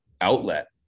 outlet